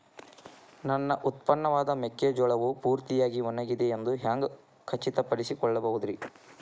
ನನ್ನ ಉತ್ಪನ್ನವಾದ ಮೆಕ್ಕೆಜೋಳವು ಪೂರ್ತಿಯಾಗಿ ಒಣಗಿದೆ ಎಂದು ಹ್ಯಾಂಗ ಖಚಿತ ಪಡಿಸಿಕೊಳ್ಳಬಹುದರೇ?